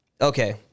Okay